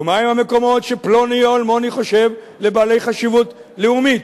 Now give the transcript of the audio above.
ומהם המקומות שפלוני או אלמוני חושב לבעלי חשיבות לאומית.